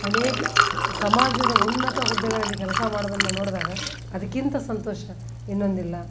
ಅನೇಕ ಸಮಾಜದ ಉನ್ನತ ಹುದ್ದೆಗಳಲ್ಲಿ ಕೆಲಸ ಮಾಡೋದನ್ನು ನೋಡಿದಾಗ ಅದಕ್ಕಿಂತ ಸಂತೋಷ ಇನ್ನೊಂದಿಲ್ಲ